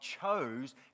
chose